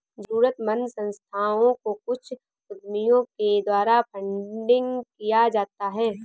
जरूरतमन्द संस्थाओं को कुछ उद्यमियों के द्वारा फंडिंग किया जाता है